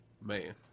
Man